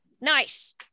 nice